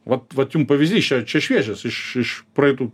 vat vat jum pavyzdys čia čia šviežias iš iš praeitų